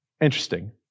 interesting